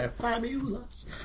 Fabulous